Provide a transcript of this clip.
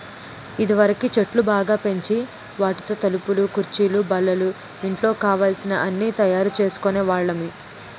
ఇదివరకు చెట్లు బాగా పెంచి వాటితో తలుపులు కుర్చీలు బల్లలు ఇంట్లో కావలసిన అన్నీ తయారు చేసుకునే వాళ్ళమి